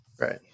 right